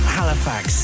Halifax